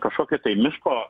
kažkokią tai miško